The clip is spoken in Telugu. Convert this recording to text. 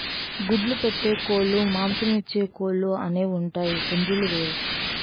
గుడ్లు పెట్టే కోలుమాంసమిచ్చే కోలు అనేవుంటాయి పుంజులు వేరు